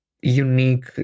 unique